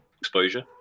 exposure